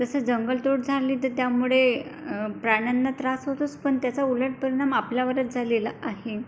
जसं जंगलतोड झाली तर त्यामुळे प्राण्यांना त्रास होतोच पण त्याचा उलट परिणाम आपल्यावरच झालेला आहे